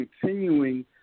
continuing